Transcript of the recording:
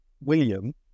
William